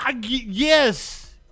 Yes